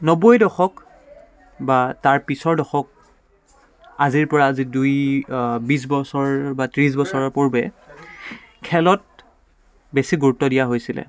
নব্বৈ দশক বা তাৰ পিছৰ দশক আজিৰ পৰা আজি দুই বিছ বছৰ বা ত্ৰিছ বছৰৰ পূৰ্বে খেলত বেছি গুৰুত্ব দিয়া হৈছিলে